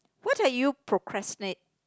what are you procrastinate